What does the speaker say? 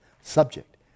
Subject